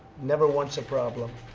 never once a problem.